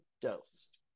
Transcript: dosed